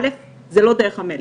א', זאת לא דרך המלך.